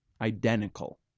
Identical